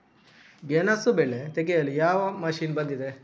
ಗೆಣಸು ಬೆಳೆ ತೆಗೆಯಲು ಯಾವ ಮಷೀನ್ ಬಂದಿದೆ?